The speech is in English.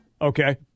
Okay